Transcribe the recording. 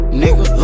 nigga